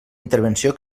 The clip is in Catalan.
intervenció